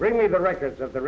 bring me the records of the